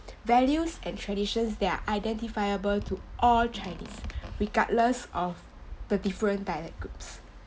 values and traditions that are identifiable to all chinese regardless of the different dialect groups